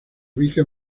ubica